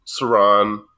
Saran